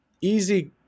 easy